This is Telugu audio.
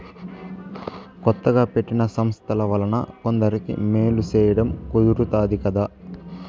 కొత్తగా పెట్టిన సంస్థల వలన కొందరికి మేలు సేయడం కుదురుతాది కదా